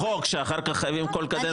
בחוק, שאחר כך כל קדנציה צריך להקים אותן מחדש.